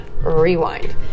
Rewind